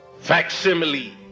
facsimile